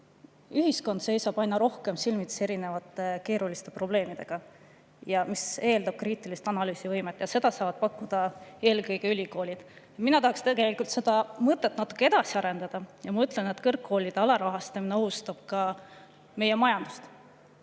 Ühiskond seisab aina rohkem silmitsi erinevate keeruliste probleemidega, mille [lahendamine] eeldab kriitilist analüüsivõimet. Ja seda saavad pakkuda eelkõige ülikoolid. Mina tahaksin seda mõtet natuke edasi arendada. Ma ütlen, et kõrgkoolide alarahastamine ohustab ka meie majandust.